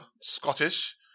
Scottish